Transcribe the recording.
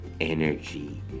energy